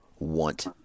want